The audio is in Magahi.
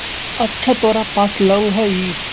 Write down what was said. अच्छा तोरा पास लौंग हई?